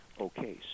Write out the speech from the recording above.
Okay